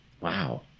Wow